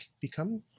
become